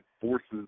forces